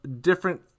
different